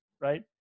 right